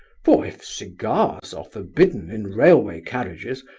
for if cigars are forbidden in railway carriages,